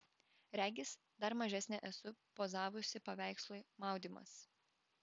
regis dar mažesnė esu pozavusi paveikslui maudymas